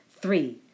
Three